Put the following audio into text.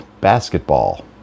basketball